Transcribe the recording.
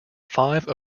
five